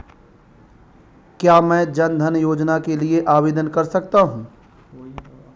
क्या मैं जन धन योजना के लिए आवेदन कर सकता हूँ?